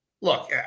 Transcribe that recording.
Look